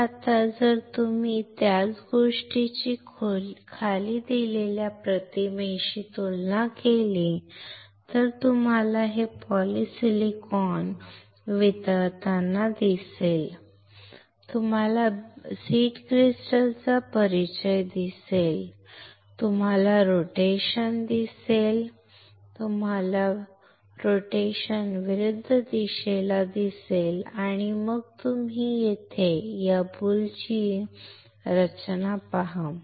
तर आता जर तुम्ही त्याच गोष्टीची खाली दिलेल्या प्रतिमांशी तुलना केलीत तर तुम्हाला हे पॉलिसिलिकॉन वितळताना दिसेल तुम्हाला बियाणे क्रिस्टलचा परिचय दिसेल तुम्हाला रोटेशन दिसेल तुम्हाला रोटेशन विरुद्ध दिशेला दिसेल आणि मग तुम्ही येथे या बुल ची उजवीकडे रचना पहा